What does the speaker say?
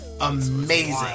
amazing